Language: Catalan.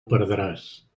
perdràs